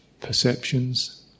Perceptions